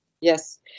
Yes